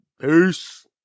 Peace